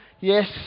yes